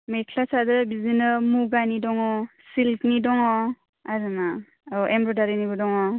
मेख्ला सादोर बिदिनो मुगानि दङ सिलखनि दङ आरो ना औ एमब्रदारिनिबो दङ